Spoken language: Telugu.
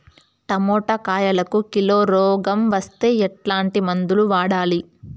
టమోటా కాయలకు కిలో రోగం వస్తే ఎట్లాంటి మందులు వాడాలి?